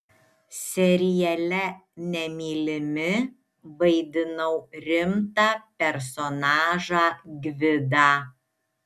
seriale nemylimi vaidinau rimtą personažą gvidą